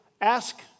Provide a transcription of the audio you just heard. Ask